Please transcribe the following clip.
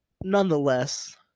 nonetheless